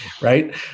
right